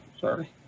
Sorry